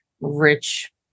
rich